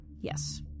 yes